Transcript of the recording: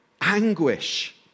anguish